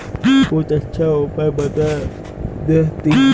कुछ अच्छा उपाय बता देतहिन?